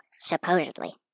supposedly